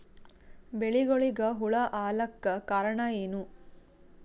ಬೆಳಿಗೊಳಿಗ ಹುಳ ಆಲಕ್ಕ ಕಾರಣಯೇನು?